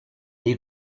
dei